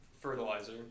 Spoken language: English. fertilizer